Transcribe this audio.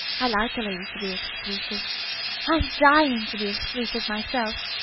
i like a lady to be exclusive i'm dying to be exclusive myself.